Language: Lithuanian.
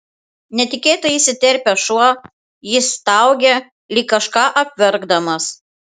netikėtai įsiterpia šuo jis staugia lyg kažką apverkdamas